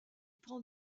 prend